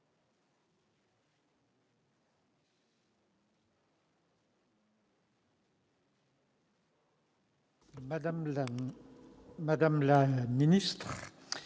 Madame la ministre,